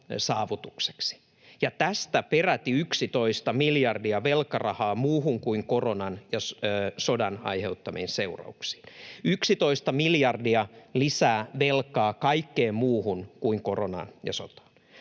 tästä peräti 11 miljardia velkarahaa muuhun kuin koronan ja sodan aiheuttamiin seurauksiin — 11 miljardia lisää velkaa kaikkeen muuhun kuin koronaan ja sotaan.